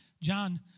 John